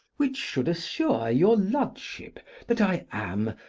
which should assure your lordship that i am,